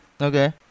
Okay